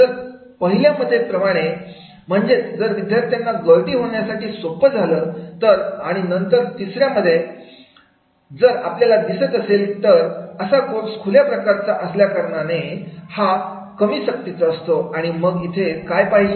जर पहिल्या मध्ये प्रमाणे म्हणजेच जर विद्यार्थ्यांना गळती होण्यासाठी सोप्प झालं तर आणि नंतर तिसऱ्या मध्ये प्रमाणे जर आपल्याला दिसत असेल तर असा कोर्स खुल्या प्रकारचा असल्याकारणानेहा कमी सक्तीचा असतो आणि मग इथे काय पाहिजे